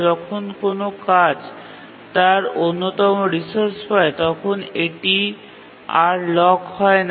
যখন কোনও কাজ তার অন্যতম রিসোর্স পায় তখন এটি আর লক হয় না